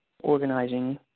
organizing